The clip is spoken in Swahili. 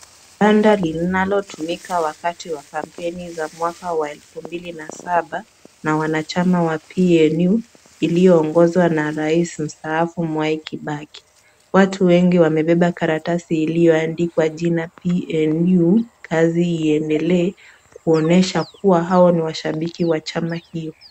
Banda linalotumika wakati wa kampeni za mwaka wa elfu mbili na saba na wanachama wa PNU, iliyoongozwa na rais mstaafu Mwai Kibaki. Watu wengi wamebeba karatasi iliyoandikwa jina PNU kazi iendelee, kuonesha kuwa hao ni washabiki wa chama hiyo.